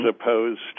opposed